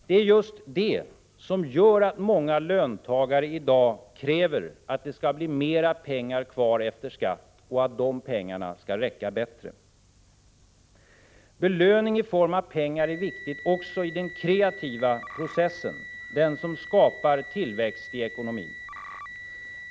Det är just det som gör att många löntagare i dag kräver att det skall bli mer pengar kvar efter skatt och att dessa pengar skall räcka bättre. Belöning i form av pengar är viktigt också i den kreativa processen, den som skapar tillväxt i ekonomin.